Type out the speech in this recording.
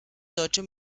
deutsche